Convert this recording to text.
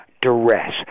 duress